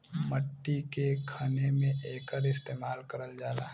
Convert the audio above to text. मट्टी के खने में एकर इस्तेमाल करल जाला